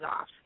off